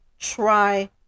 try